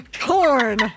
Corn